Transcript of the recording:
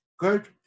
Good